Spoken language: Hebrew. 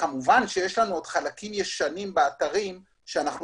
כמובן שיש לנו עוד חלקים ישנים באתרים שאנחנו